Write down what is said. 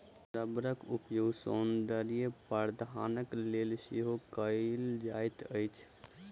रबड़क उपयोग सौंदर्य प्रशाधनक लेल सेहो कयल जाइत अछि